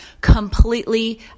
completely